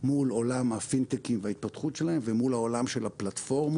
מול העולם הפינטקי וההתפתחות שלהם ומול העולם של הפלטפורמות,